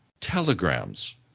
telegrams